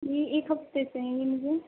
یہ ایک ہفتے سے ہے یہ مجھے